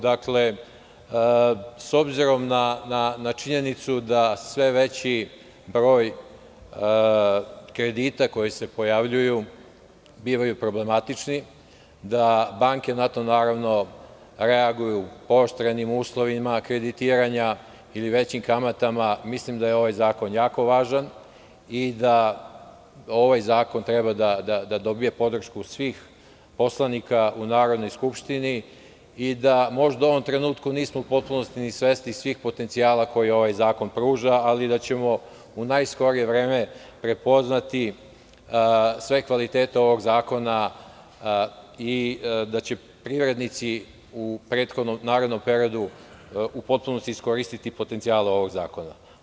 Dakle,s obzirom na činjenicu dasve veći broj kredita koji se pojavljuju bivaju problematični, da banke na to naravno reaguju pooštrenim uslovima akreditiranja, ili većim kamatama, mislim da je ovaj zakon jako važan i da ovaj zakon treba da dobije podršku svih poslanika u Narodnoj skupštini i da možda u ovom trenutku nismo u potpunosti ni svesni svih potencijala koje ovaj zakon pruža, ali da ćemo u najskorije vreme prepoznati sve kvalitete ovog zakona i da će privrednici u narednom periodu u potpunosti iskoristiti potencijale ovog zakona.